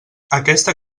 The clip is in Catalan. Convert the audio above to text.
aquesta